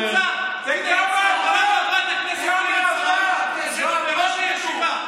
בוא תגיד כמה כסף אושר לתוכניות הקודמות וכמה בוצע,